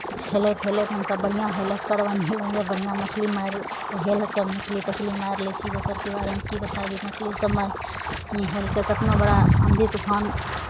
हेलैत हेलैत हमसभ बढ़िआँ हेलक्कर बनि गेलहुँ यए बढ़िआँ मछली मारि हेलि कऽ मछली तछली मारि लै छी जकर कि बारेमे की बताबी मछलीसभ मारि हेलि कऽ कतनो बड़ा आँधी तूफान